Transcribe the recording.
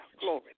Glory